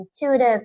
intuitive